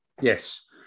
Yes